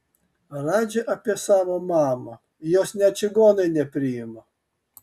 radži apie savo mamą jos net čigonai nepriima